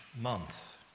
month